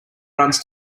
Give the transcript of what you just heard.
runs